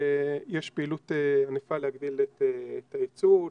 יש פעילות ענפה להגדיל את היצוא,